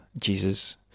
Jesus